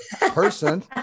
person